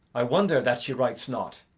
i wonder that she writes not.